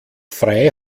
frei